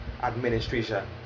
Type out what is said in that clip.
Administration